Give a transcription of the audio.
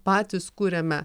patys kuriame